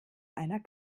einer